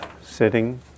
sitting